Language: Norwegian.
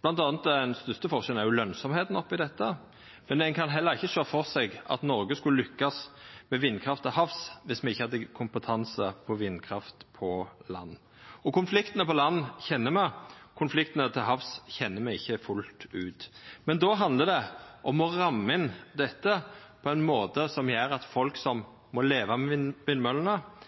Blant anna er den største forskjellen lønsemda oppi dette, men ein kan heller ikkje sjå føre seg at Noreg skulle lukkast med vindkraft til havs viss me ikkje hadde kompetanse på vindkraft på land. Konfliktane på land kjenner me, konfliktane til havs kjenner me ikkje fullt ut. Men då handlar det om å ramma inn dette på ein måte som gjer at folk som må leva med